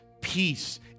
peace